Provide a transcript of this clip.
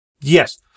Yes